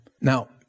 Now